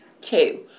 two